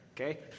okay